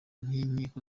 n’inkiko